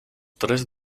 tres